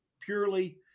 purely